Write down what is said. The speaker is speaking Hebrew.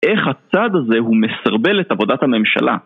איך הצד הזה הוא מסרבל את עבודת הממשלה?